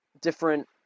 Different